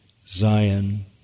Zion